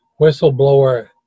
Whistleblower